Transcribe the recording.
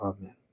Amen